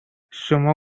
شما